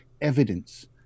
evidence